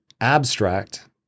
abstract